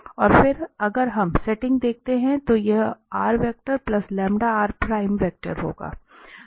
और फिर अगर हम सेटिंग देखते हैं तो यह वेक्टर होगा